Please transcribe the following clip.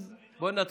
אז, בוא נתחיל.